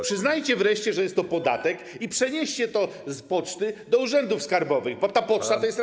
Przyznajcie wreszcie, że jest to podatek, i przenieście to z poczty do urzędów skarbowych, bo poczta jest teraz.